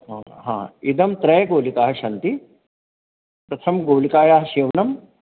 ह हा इदं त्रयगुलिकाः सन्ति प्रथमगुलिकायाः सेवनं